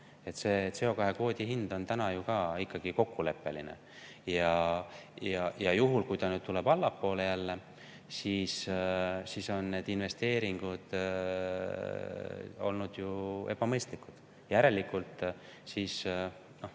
See CO2kvoodi hind on praegu ju ikkagi kokkuleppeline. Ja juhul, kui ta tuleb allapoole, siis on need investeeringud olnud ju ebamõistlikud. Järelikult –